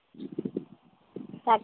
తక్